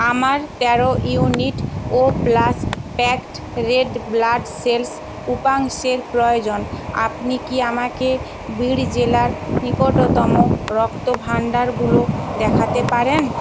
আমার তেরো unit O plus packed red blood cells উপাংশের প্রয়োজন আপনি কি আমাকে বিড় জেলার নিকটতম রক্তভাণ্ডারগুলো দেখাতে পারেন